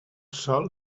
sol